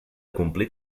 complir